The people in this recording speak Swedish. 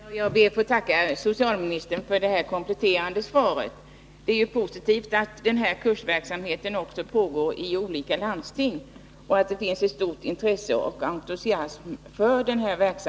Herr talman! Jag ber att få tacka socialministern för det kompletterande svaret. Det är positivt att kursverksamheten pågår i olika landsting och att det finns intresse och entusiasm för den.